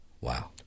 Wow